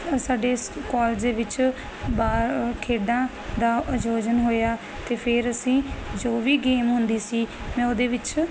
ਸਾਡੇ ਕਾਲਜ ਦੇ ਵਿੱਚ ਬਾਹਰ ਖੇਡਾਂ ਦਾ ਆਯੋਜਨ ਹੋਇਆ ਤੇ ਫਿਰ ਅਸੀਂ ਜੋ ਵੀ ਗੇਮ ਹੁੰਦੀ ਸੀ ਮੈਂ ਉਹਦੇ ਵਿੱਚ